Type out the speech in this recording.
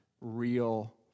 real